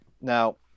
Now